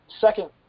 second